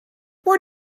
where